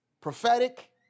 prophetic